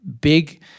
big